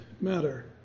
matter